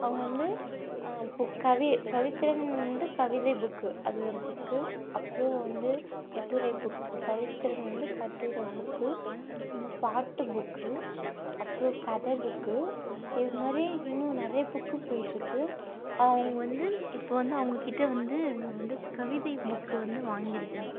அவங்க வந்து இப்போது கவி பவித்ரன் வந்து கவிதை புக்கு அது ஒரு புக்கு அப்புறோம் வந்து கட்டுரை புக்கு பவித்ரன் வந்து கட்டுரை புக்கு அப்புறமா பாட்டு புக்கு அப்புறோம் கதை புக்கு இதுமாதிரி இன்னும் நிறைய புக்கு போய்கிட்ருக்கு அவங்க வந்து இப்போ வந்து அவங்கக்கிட்ட வந்து நான் வந்து கவிதை புக்கு வந்து வாங்கியிருக்குறேன்